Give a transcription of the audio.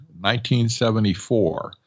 1974